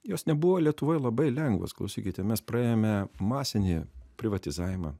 jos nebuvo lietuvoj labai lengvos klausykite mes praėjome masinį privatizavimą